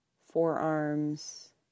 forearms